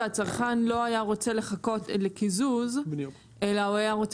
שהצרכן לא היה רוצה לחכות לקיזוז אלא הוא היה רוצה